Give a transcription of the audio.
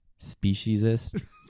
Speciesist